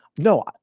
No